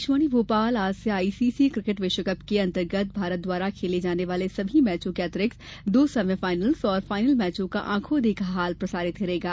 आकाशवाणी भोपाल आज से I C C cricket विश्वकप के अंतर्गत भारत द्वारा खेले जाने वाले सभी मैचों के अतिरिक्त दो सेमीफाइनल्स और फाइनल मैचों का आंखो देखा हाल प्रसारित करेगा